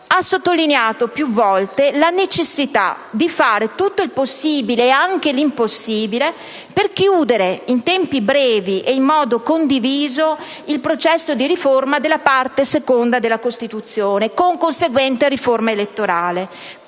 ha sottolineato più volte la necessità di fare tutto il possibile - e anche l'impossibile - per chiudere in tempi brevi e in modo condiviso il processo di riforma della Parte Seconda della Costituzione e la conseguente riforma elettorale,